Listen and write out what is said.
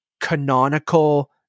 canonical